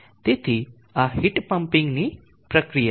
તેથી આ હીટ પમ્પિંગની પ્રક્રિયા છે